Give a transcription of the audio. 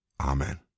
Amen